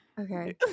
okay